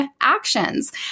actions